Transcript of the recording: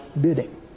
bidding